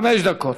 חמש דקות.